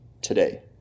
Today